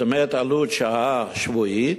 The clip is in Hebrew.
עלות שעה שבועית,